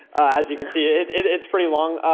as you can see, it's pretty long.